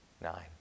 nine